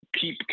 Keep